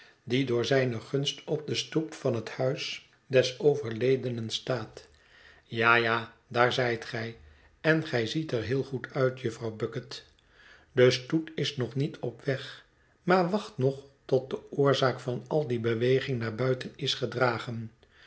die door zijne gunst op de stoep van het huis mijnheer bücket houdt de wacht j t des overledenen staat ja ja daar zij t gij en gij ziet er heel goed uit jufvrouw bucket de stoet is nog niet op weg maar wacht nog tot de oorzaak van al die beweging naar buiten is gedragen